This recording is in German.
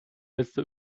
letzte